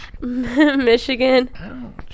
Michigan